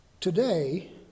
Today